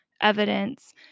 evidence